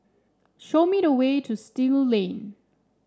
show me the way to Still Lane